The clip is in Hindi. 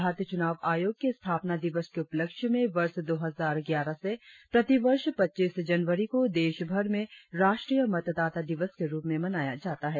भारतीय चुनाव आयोग के स्थापना दिवस के उपलक्ष्य में वर्ष दो हजार ग्यारह से प्रतिवर्ष पच्चीस जनवरी को देशभर में राष्ट्रीय मतदाता दिवस के रुप में मनाया जाता है